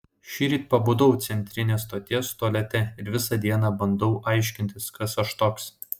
šįryt pabudau centrinės stoties tualete ir visą dieną bandau aiškintis kas aš toks